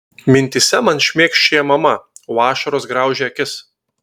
mintyse man šmėkščioja mama o ašaros graužia akis